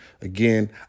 Again